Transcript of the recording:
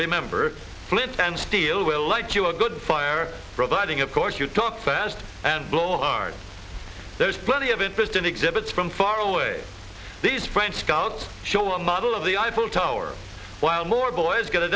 remember flint and steel will like you a good fire providing of course you talk fast and blow hard there's plenty of interest in exhibits from far away these french scouts show a model of the eiffel tower while more boys g